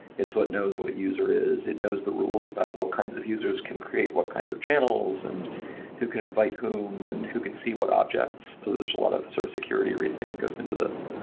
it's what knows what a user is. it knows the rules about what kinds of users can create what kinds of channels and who can invite whom and who can see what objects. there's a lot of social sort of security reasoning that goes into this.